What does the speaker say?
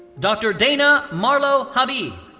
dr. dana marlo habeeb.